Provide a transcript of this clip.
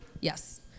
Yes